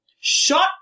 shut